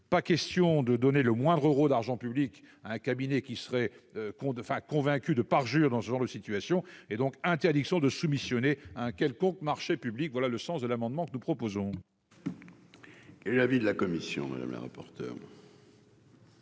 pas question de donner le moindre Euro d'argent public à un cabinet qui serait con de enfin convaincu de parjure dans ce genre de situation et donc interdiction de soumissionner un quelconque marché public, voilà le sens de l'amendement que nous proposons. Et l'avis de la commission madame la rapporteure.